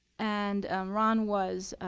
and ron was